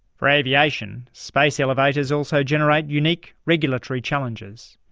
for aviation space elevators also generate unique regulatory challenges.